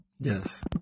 Yes